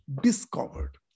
discovered